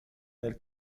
nel